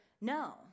no